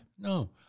No